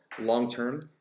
long-term